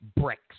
bricks